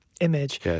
image